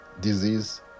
disease